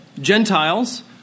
Gentiles